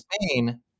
Spain